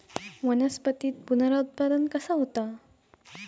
वनस्पतीत पुनरुत्पादन कसा होता?